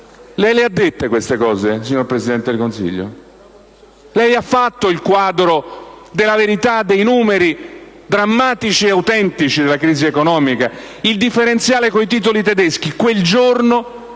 Lei le ha dette queste cose, signor Presidente del Consiglio? Lei ha fatto il quadro della verità dei numeri drammatici e autentici della crisi economica? Il differenziale con i titoli tedeschi quel giorno,